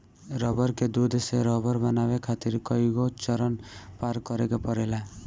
रबड़ के दूध से रबड़ बनावे खातिर कईगो चरण पार करे के पड़ेला